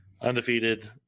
Undefeated